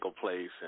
place